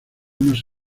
unos